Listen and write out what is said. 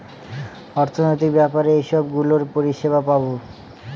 অর্থনৈতিক ব্যাপারে এইসব গুলোর পরিষেবা পাবো